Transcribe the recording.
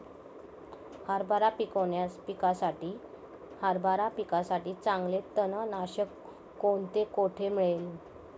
हरभरा पिकासाठी चांगले तणनाशक कोणते, कोठे मिळेल?